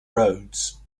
roads